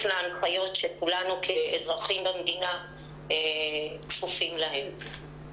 להנחיות שכולנו כאזרחים במדינה כפופים להן.